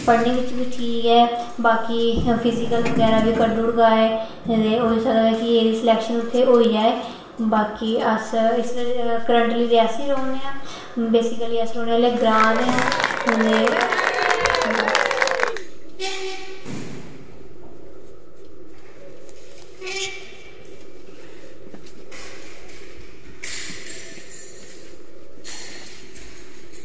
पढ़ने बिच बी ठीक ऐ बाकी फिजिकल बिच बी कड्ढी ओड़दा एह् ते होई सकदा कि एह्दी स्लैक्शन उत्थै होई जा बाकी अस करंटली रियासी रौह्ने आं बेसीकली अस रौह्ने आह्ले आं ग्रांऽ दे आं ते बस